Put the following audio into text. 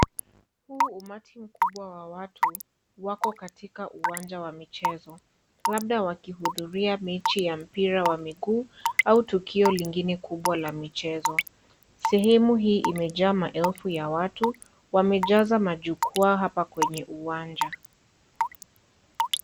Huu umati mkubwa wa watu wako katika uwanja wa michezo labda wakihudhuria mechi ya mpira wa miguu au tukio lingine kubwa la michezo. Sehemu hii imejaa maelfu ya watu wamejaza majukwa hapa kwenye uwanja.